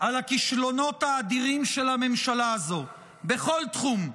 על הכישלונות האדירים של הממשלה הזו בכל תחום.